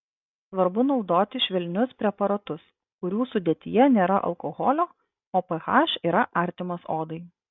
svarbu naudoti švelnius preparatus kurių sudėtyje nėra alkoholio o ph yra artimas odai